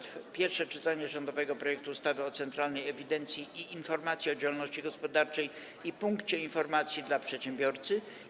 19. Pierwsze czytanie rządowego projektu ustawy o Centralnej Ewidencji i Informacji o Działalności Gospodarczej i Punkcie Informacji dla Przedsiębiorcy.